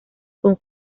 con